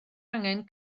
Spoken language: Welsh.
angen